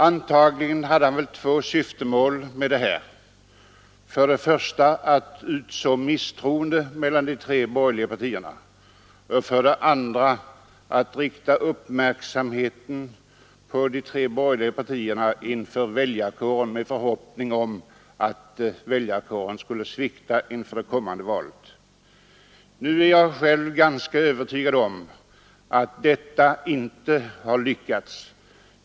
Antagligen hade han väl två syften med detta: för det första att utså misstroende mellan de tre borgerliga partierna och för det andra att rikta uppmärksamheten på dem inför väljarkåren i förhoppning om att väljarkåren skulle svikta inför det kommande valet. Nu är jag själv ganska övertygad om att detta inte har lyckats.